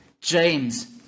James